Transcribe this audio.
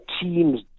teams